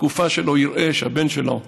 שבתקופה שלו הוא יראה שהבן שלו,